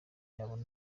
yabona